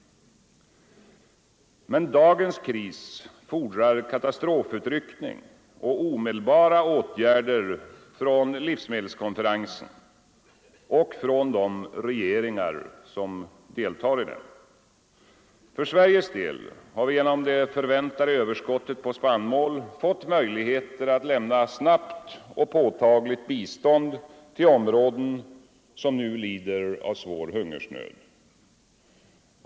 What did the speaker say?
Men dagens kris fordrar katastrofutryckning och omedelbara åtgärder från livsmedelskonferensen och från de regeringar som deltar i den. För Sveriges del har vi genom det förväntade överskottet på spannmål fått möjligheter att lämna snabbt och påtagligt bistånd till områden som nu lider av svår hungersnöd.